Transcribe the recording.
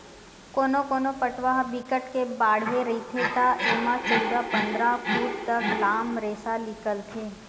कोनो कोनो पटवा ह बिकट के बाड़हे रहिथे त एमा चउदा, पंदरा फूट तक लाम रेसा निकलथे